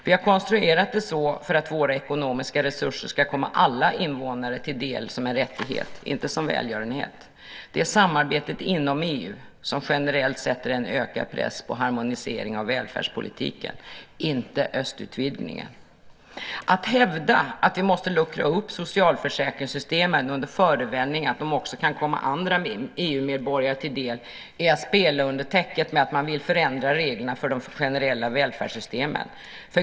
Vi har konstruerat det så för att våra ekonomiska resurser ska komma alla invånare till del som en rättighet - inte som välgörenhet. Det är samarbetet inom EU som generellt sätter en ökad press på harmonisering av välfärdspolitiken - inte östutvidgningen. Att hävda att vi måste luckra upp socialförsäkringssystemen under förevändning att de också kan komma andra EU-medborgare till del är att spela under täcket med att man vill förändra reglerna för de generella välfärdssystemen.